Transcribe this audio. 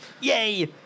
Yay